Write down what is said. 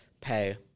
pay